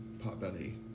Potbelly